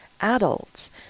adults